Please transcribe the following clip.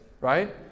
right